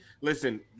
listen